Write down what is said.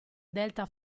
delta